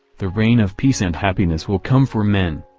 the reign of peace and happiness will come for men.